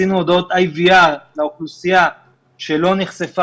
עשינו הודעות IVR לאוכלוסייה שלא נחשפה